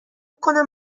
کنم